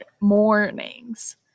mornings